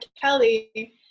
Kelly